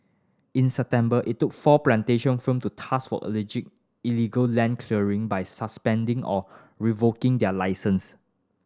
in September it took four plantation firm to task for alleged illegal land clearing by suspending or revoking their licence